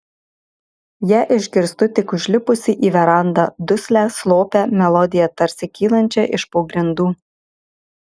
ją išgirstu tik užlipusi į verandą duslią slopią melodiją tarsi kylančią iš po grindų